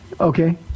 Okay